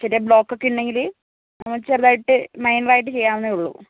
ചെറിയ ബ്ലോക്ക് ഒക്കെ ഉണ്ടെങ്കിൽ ചെറുതായിട്ട് മൈനറായിട്ട് ചെയ്യാവുന്നേയുള്ളൂ